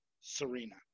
Serena